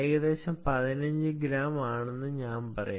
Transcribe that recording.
ഏകദേശം 15 ഗ്രാം ആണെന്ന് ഞാൻ പറയും